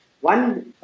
One